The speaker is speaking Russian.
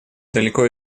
далеко